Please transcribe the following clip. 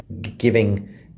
giving